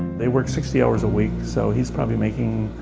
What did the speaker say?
they work sixty hours a week, so, he's probably making